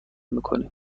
میکنیم